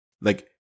Like-